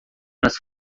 nas